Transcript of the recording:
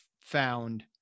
found